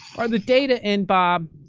are the data in, bob?